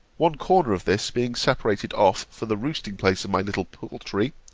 one corner of this being separated off for the roosting-place of my little poultry,